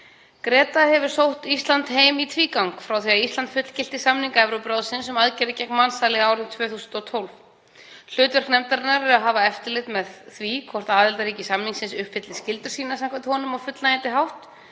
GRETA hefur sótt Ísland heim í tvígang frá því að Ísland fullgilti samning Evrópuráðsins um aðgerðir gegn mansali árið 2012. Hlutverk nefndarinnar er að hafa eftirlit með því hvort aðildarríki samningsins uppfylli skyldur sínar samkvæmt honum á fullnægjandi hátt.